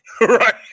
Right